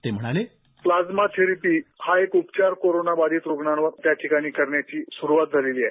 ते म्हणाले plasma therapy हा एक उपचार कोरोना बाधित रुग्णांवर याठिकाणी करण्याची सुरुवात झालेली आहे